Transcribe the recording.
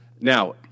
Now